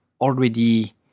already